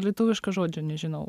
lietuviška žodžio nežinau